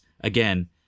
again